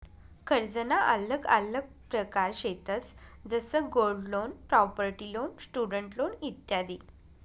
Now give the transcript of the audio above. कर्जना आल्लग आल्लग प्रकार शेतंस जसं gold loan, property loan, student loan इत्यादी